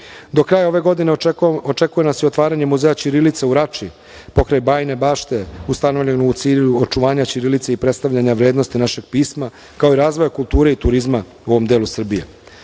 kraja ove godine očekuje nas i otvaranje muzeja ćirilice u Rači, pokraj Bajine Bašte, ustanovljen u cilju očuvanja ćirilice i predstavljanja vrednosti našeg pisma, kao razvoja kulture i turizma u ovom delu Srbije.